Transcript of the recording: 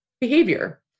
behavior